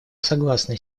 согласны